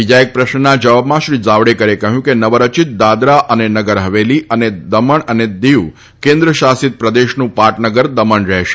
બીજા એક પ્રશ્નના જવાબમાં શ્રી જાવડેકરે કહયું કે નવરચિત દાદરા અને નગર હવેલી અને દમણ અને દીવ કેન્દ્ર શાસિત પ્રદેશનું પાટનગર દમણ રહેશે